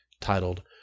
titled